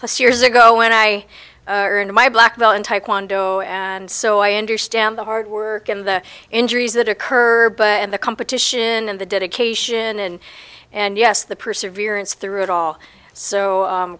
plus years ago when i earned my black belt in taekwondo and so i understand the hard work of the injuries that occur but in the competition of the dedication and and yes the perseverance through it all so